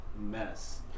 mess